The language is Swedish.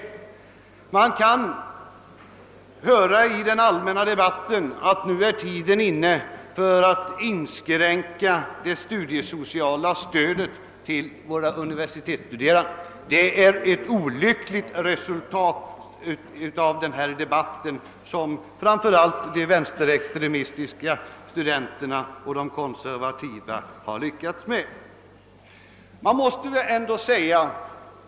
Man kan i den allmänna debatten höra att tiden nu är inne för att inskränka det studiesociala stödet till våra universitetsstuderande. Det är ett olyckligt resultat av debatten som framför allt de vänsterextremistiska och konservativa studenterna lyckats åstadkomma.